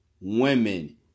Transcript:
women